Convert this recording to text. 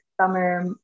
summer